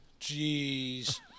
Jeez